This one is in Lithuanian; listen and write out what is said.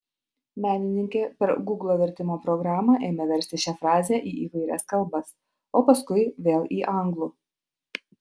menininkė per gūglo vertimo programą ėmė versti šią frazę į įvairias kalbas o paskui vėl į anglų